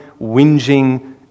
whinging